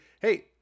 hey